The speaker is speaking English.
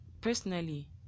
personally